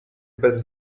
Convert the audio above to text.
bez